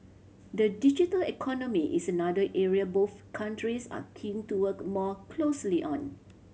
the digital economy is another area both countries are keen to work more closely on